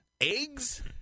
Eggs